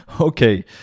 Okay